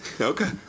Okay